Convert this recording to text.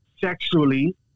sexually